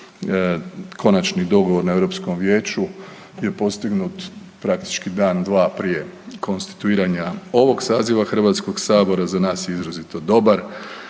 konačni dogovor na Europskom vijeću je postignut praktički dan, dva prije konstituiranja ovog saziva HS-a za nas je izrazito dobar.